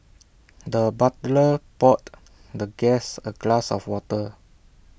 the butler poured the guest A glass of water